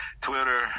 Twitter